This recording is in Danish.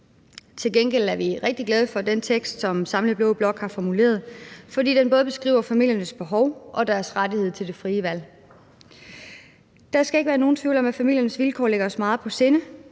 Til gengæld er vi rigtig glade for den tekst, som den samlede blå blok har formuleret, fordi den både beskriver familiernes behov og deres rettighed til det frie valg. Der skal ikke være nogen tvivl om, at familiernes vilkår ligger os meget på sinde,